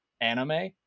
anime